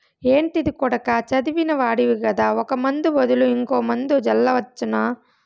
ఏంటిది కొడకా చదివిన వాడివి కదా ఒక ముందు బదులు ఇంకో మందు జల్లవచ్చునా